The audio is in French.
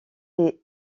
les